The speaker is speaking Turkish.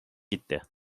gitti